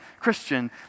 Christian